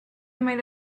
might